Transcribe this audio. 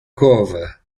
kurve